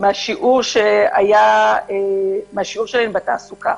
מהשיעור שלהן בתעסוקה,